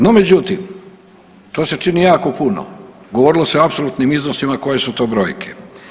No međutim, to se čini jako puno, govorilo se o apsolutnim iznosima koje su to brojke.